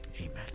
Amen